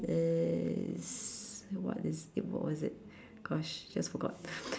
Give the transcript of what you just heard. is what is eh what what is it gosh just forgot